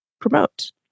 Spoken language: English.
promote